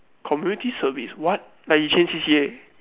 community service what like he change C_C_A